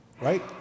right